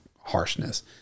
harshness